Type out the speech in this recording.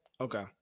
Okay